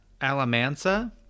Alamansa